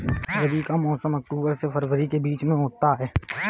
रबी का मौसम अक्टूबर से फरवरी के बीच में होता है